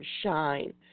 SHINE